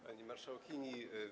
Pani Marszałkini!